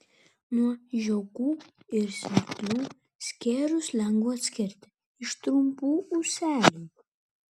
nuo žiogų ir svirplių skėrius lengva atskirti iš trumpų ūselių